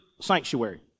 sanctuary